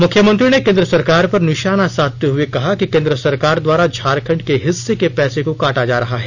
मुख्यमंत्री ने केंद्र सरकार पर निशाना साधते हुए कहा कि केंद्र सरकार द्वारा झारखंड के हिस्से के पैसे को काटा जा रहा है